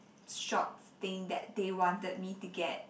shorts thing that they wanted me to get